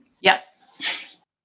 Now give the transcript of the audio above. Yes